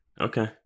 okay